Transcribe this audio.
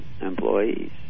employees